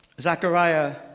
Zachariah